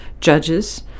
judges